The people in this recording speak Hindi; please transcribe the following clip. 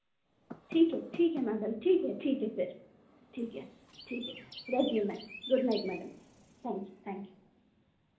ठीक है ठीक है मैडम ठीक है ठीक है फिर ठीक है ठीक है रखिए ma'am good night madam thank you thank you